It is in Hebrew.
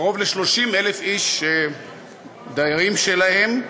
קרוב ל-30,000 איש דיירים שלהם,